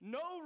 no